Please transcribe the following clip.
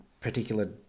particular